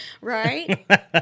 Right